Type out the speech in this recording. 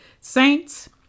Saints